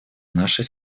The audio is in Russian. нашей